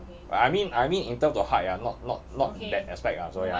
I mean I mean in terms of height ah not not not in that aspect ah so ya